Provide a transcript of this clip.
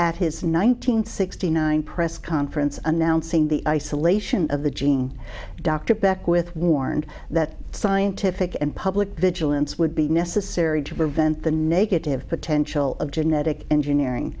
at his nine hundred sixty nine press conference announcing the isolation of the gene dr beckwith warned that scientific and public vigilance would be necessary to prevent the negative potential of genetic engineering